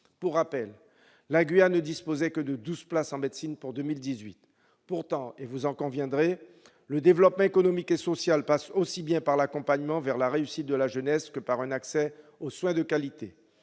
Pour rappel, la Guyane ne disposait que de douze places en médecine pour 2018. Pourtant, et vous en conviendrez, le développement économique et social passe aussi bien par l'accompagnement vers la réussite de la jeunesse que par un accès aux soins de qualité.